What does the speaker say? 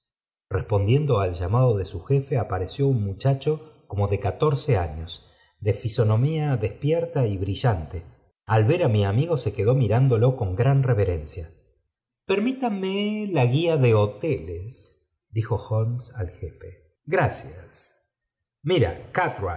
respondiendo al llamado de su jefe apareció un muohacho como de catorce años de fisonomía despierta y brillante al ver á mi amigo se quedo mirándolo con gran reverencia permítame la guía de hoteles dijo holmeb al jefe gracias